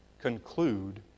conclude